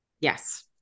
Yes